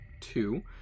two